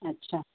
अच्छा